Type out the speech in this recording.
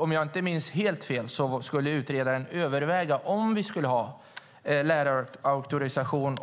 Om jag inte minns helt fel skulle utredaren överväga om vi skulle ha lärarauktorisation.